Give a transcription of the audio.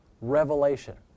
revelation